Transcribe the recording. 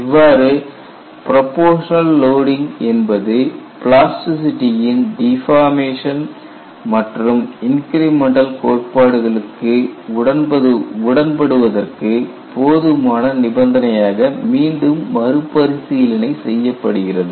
இவ்வாறு proportional loading என்பது plasticity யின் டிபாமேஷன் மற்றும் இன்கிரிமெண்டல் கோட்பாடுகளுக்கு உடன்படுவதற்கு போதுமான நிபந்தனையாக மீண்டும் மறுபரிசீலனை செய்யப்படுகிறது